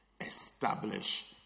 establish